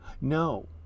No